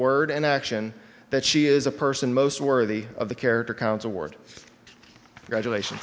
and action that she is a person most worthy of the character counts award graduation